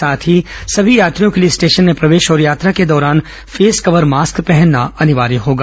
साथ ही सभी यात्रियों के लिए स्टेशन में प्रवेश और यात्रा के दौरान फेस कवर मास्क पहनना अनिवार्य होगा